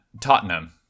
tottenham